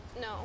No